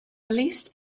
released